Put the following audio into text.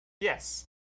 Yes